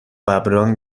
ﺑﺒﺮﺍﻥ